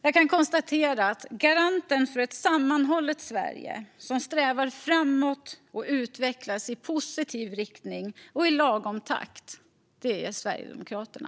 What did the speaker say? Jag kan konstatera att garanten för ett sammanhållet Sverige som strävar framåt och utvecklas i positiv riktning, i lagom takt, är Sverigedemokraterna.